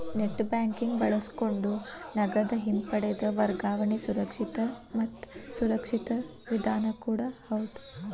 net banking ಬಳಸಕೊಂಡ ನಗದ ಹಿಂಪಡೆದ ವರ್ಗಾವಣೆ ಸುರಕ್ಷಿತ ಮತ್ತ ಸುರಕ್ಷಿತ ವಿಧಾನ ಕೂಡ ಹೌದ್